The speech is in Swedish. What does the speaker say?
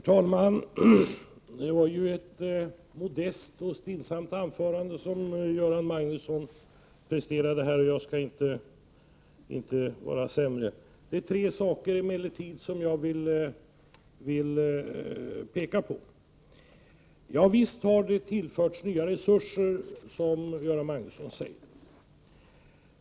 FISEN 5 S z väsendet och domstols Herr talman! Göran Magnusson presterade här ett modest och stillsamt väsendet anförande, och jag skall inte vara mycket sämre. Jag vill emellertid påpeka tre saker. Visst har det tillförts nya resurser, som Göran Magnusson sade.